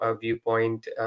viewpoint